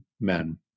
men